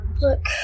Look